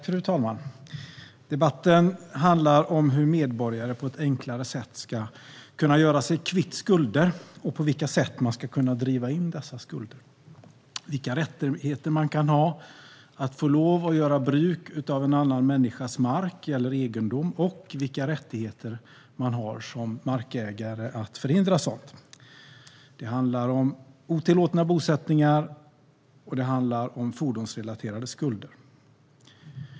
Fru talman! Debatten handlar om hur medborgare på ett enklare sätt ska kunna göra sig kvitt skulder och hur dessa skulder ska kunna drivas in, vilka rättigheter man har när det gäller att få göra bruk av en annan människas mark eller egendom och vilka rättigheter markägare har att förhindra sådant. Det handlar om otillåtna bosättningar och om fordonsrelaterade skulder.